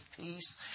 peace